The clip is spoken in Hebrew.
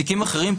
תיקים אחרים,